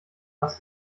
was